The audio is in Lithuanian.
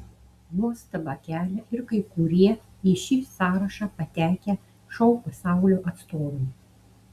nuostabą kelia ir kai kurie į šį sąrašą patekę šou pasaulio atstovai